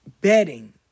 bedding